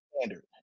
standard